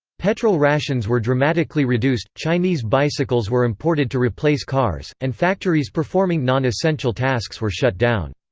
petrol rations were dramatically reduced, chinese bicycles were imported to replace cars, and factories performing non-essential tasks were shut down.